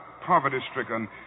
poverty-stricken